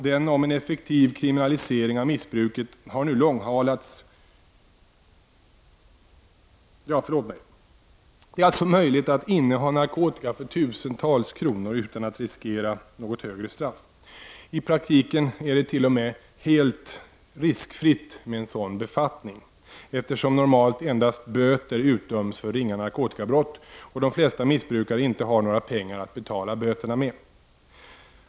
Det är alltså möjligt att inneha narkotika för tusentals kronor utan att riskera något högre straff. I praktiken är det t.o.m. helt riskfritt med en sådan befattning, eftersom normalt endast böter utdöms för ringa narkotikabrott och de flesta missbrukare inte har några pengar att betala böterna med.